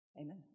Amen